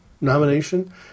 nomination